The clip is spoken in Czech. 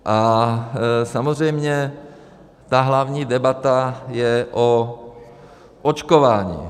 A samozřejmě ta hlavní debata je o očkování.